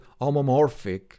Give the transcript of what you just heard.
homomorphic